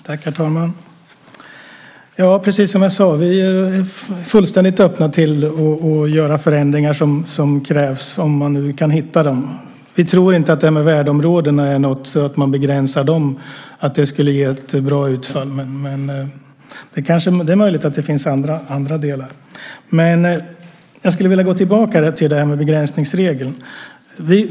Herr talman! Det är precis som jag sade. Vi är fullständigt öppna för att göra de förändringar som krävs, om man nu kan hitta dem. Vi tror inte att det skulle ge ett bra utfall om man begränsade värdeområdena. Men det är möjligt att det finns andra delar. Jag skulle vilja gå tillbaka till frågan om begränsningsregeln.